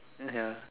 ya sia